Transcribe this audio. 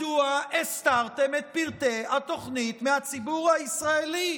מדוע הסתרתם את פרטי התוכנית מהציבור הישראלי,